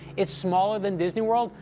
it's smaller than disney world,